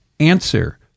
answer